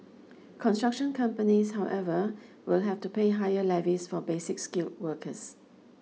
construction companies however will have to pay higher levies for basic skilled workers